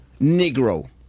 Negro